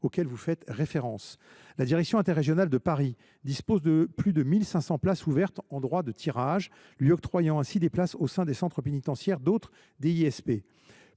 auxquelles vous faites référence. La direction interrégionale de Paris dispose de plus de 1 500 places ouvertes en droit de tirage, lui octroyant ainsi des places au sein des centres pénitentiaires d’autres DISP.